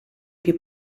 più